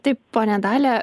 taip ponia dalia